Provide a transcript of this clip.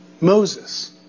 Moses